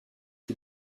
été